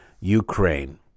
Ukraine